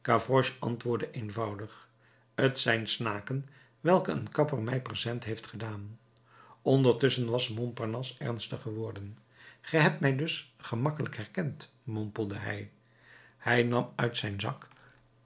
antwoordde eenvoudig t zijn snaken welke een kapper mij present heeft gedaan ondertusschen was montparnasse ernstig geworden ge hebt mij dus gemakkelijk herkend mompelde hij hij nam uit zijn zak